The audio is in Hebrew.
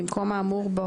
במקום האמור בו